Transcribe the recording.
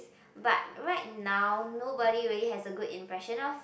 but right now nobody really has a good impression of